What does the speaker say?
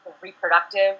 reproductive